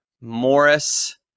Morris